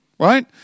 Right